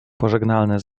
pożegnalne